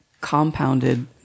compounded